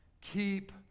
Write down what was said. keep